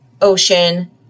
ocean